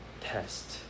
test